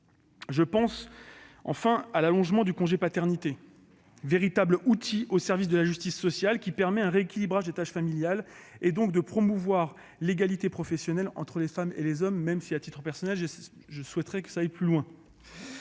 Je pense, enfin, à l'allongement du congé de paternité, véritable outil au service de la justice sociale : cette mesure permet d'assurer un rééquilibrage des tâches familiales et, partant, de promouvoir l'égalité professionnelle entre les femmes et les hommes, même si, à titre personnel, je souhaiterais que nous allions plus loin